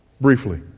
Briefly